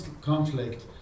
conflict